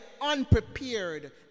unprepared